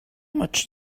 much